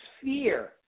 sphere